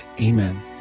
Amen